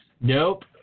Nope